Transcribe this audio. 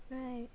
right